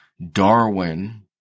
Darwin